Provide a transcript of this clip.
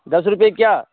दस रुपये क्या